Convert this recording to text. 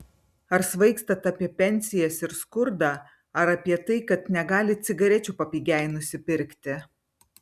ar svaigstat apie pensijas ir skurdą ar apie tai kad negalit cigarečių papigiai nusipirkti